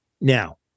Now